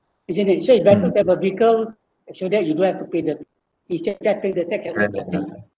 isn't it so it's better to have a vehicle and show that you don't have to pay the you cincai pay the tax then end already